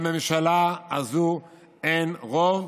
לממשלה הזו אין רוב